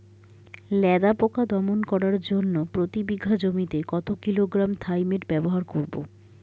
লেদা পোকা দমন করার জন্য প্রতি বিঘা জমিতে কত কিলোগ্রাম থাইমেট ব্যবহার করব?